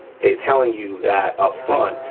they're telling you that upfront,